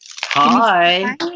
Hi